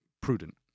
prudent